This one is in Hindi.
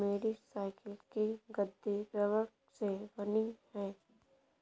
मेरी साइकिल की गद्दी रबड़ से बनी है